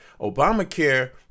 Obamacare